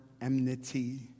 enmity